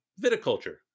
viticulture